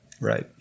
Right